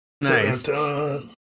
Nice